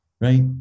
right